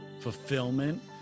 fulfillment